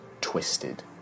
twisted